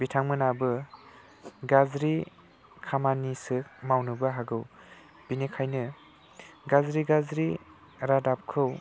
बिथांमोनाबो गाज्रि खामानिसो मावनोबो हागौ बेनिखायनो गाज्रि गाज्रि रादाबखौ